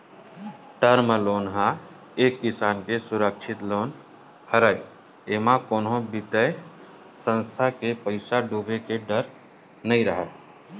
term loan ह एक किसम के सुरक्छित लोन हरय एमा कोनो बित्तीय संस्था के पइसा डूबे के डर नइ राहय